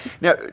now